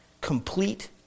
Complete